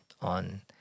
on